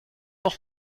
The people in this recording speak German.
noch